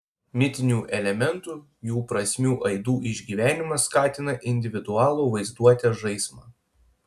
mitinių elementų jų prasmių aidų išgyvenimas skatina individualų vaizduotės žaismą